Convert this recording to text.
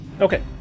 Okay